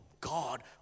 God